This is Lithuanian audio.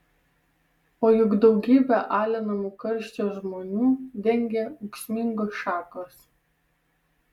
o juk daugybę alinamų karščio žmonių dengia ūksmingos šakos